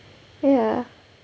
ya